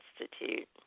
Institute